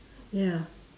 ya